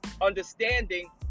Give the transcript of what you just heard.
understanding